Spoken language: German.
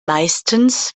meistens